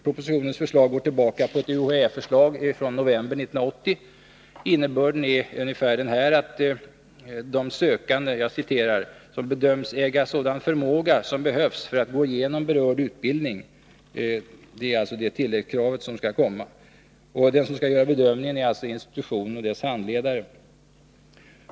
Propositionens förslag går tillbaka på ett UHÄ-förslag från november 1980. Innebörden i detta tilläggskrav är att den sökande ”bedöms äga sådan förmåga som behövs för att gå igenom berörd utbildning”. Den som skall göra bedömningen är ”institutionen och dess handledare”.